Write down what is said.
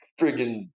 friggin